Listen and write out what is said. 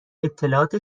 اطلاعات